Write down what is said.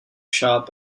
shop